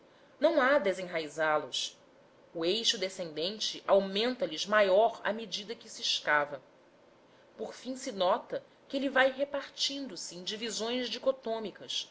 não há desenraizá los o eixo descendente aumenta lhes maior à medida que se escava por fim se nota que ele vai repartindo-se em divisões dicotômicas